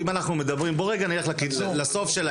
בואו רגע נלך לסוף,